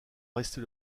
rester